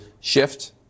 shift